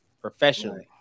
professionally